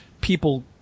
people